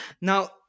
Now